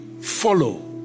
follow